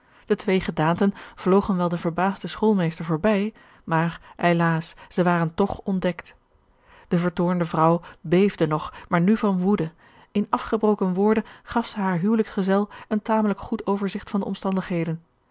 de twee gedaanten vlogen wel den verbaasden schoolmeester voorbij maar eilaas zij waren toch ontdekt de vertoornde vrouw beefde nog maar nu van woede in afgegeorge een ongeluksvogel broken woorden gaf zij haren huwelijksgezel een tamelijk goed overzigt van de omstandigheden